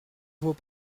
vos